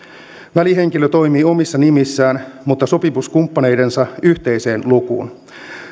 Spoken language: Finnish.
välihenkilö toimii omissa nimissään mutta sopimuskumppaneidensa yhteiseen lukuun